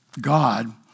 God